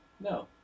No